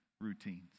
routines